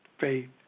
faith